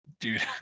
Dude